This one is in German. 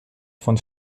von